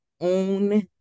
own